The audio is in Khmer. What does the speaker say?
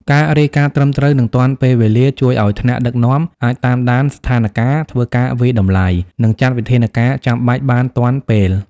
ការរាយការណ៍ត្រឹមត្រូវ និងទាន់ពេលវេលា ជួយឲ្យថ្នាក់ដឹកនាំអាចតាមដានស្ថានការណ៍ ធ្វើការវាយតម្លៃ និងចាត់វិធានការចាំបាច់បានទាន់ពេល។